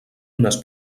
unes